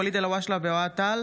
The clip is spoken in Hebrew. ואליד אלהואשלה ואוהד טל.